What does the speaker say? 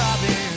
Robin